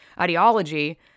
ideology